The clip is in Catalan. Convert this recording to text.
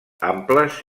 amples